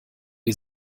die